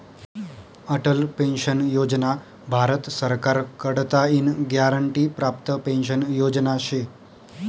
Atal pension Yojana Bharat सरकार कडताईन guarantee प्राप्त पेंशन योजना शे